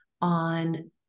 on